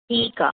ठीकु आहे